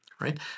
right